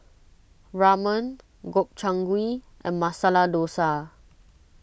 Ramen Gobchang Gui and Masala Dosa